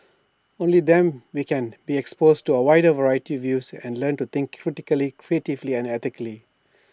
only them we can be exposed to A wider variety views and learn to think critically creatively and ethically